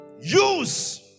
Use